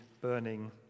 burning